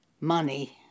money